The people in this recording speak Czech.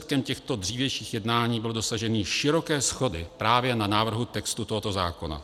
Výsledkem těchto dřívějších jednání bylo dosažení široké shody právě na návrhu textu tohoto zákona.